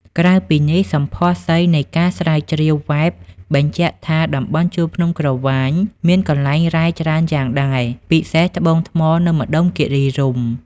ក្រៅពីនេះ សម្ផស្សីនៃការ ស្រាវជ្រាវវែបញ្ជាក់ថា តំបន់ជួរភ្នំក្រវាញមានកន្លែងរ៉ែច្រើនយ៉ាងដែរ ពិសេស ធ្យូងថ្មនៅម្តុំគិរីរម្យ ។